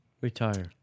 Retire